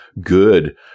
good